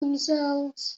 themselves